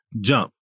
jump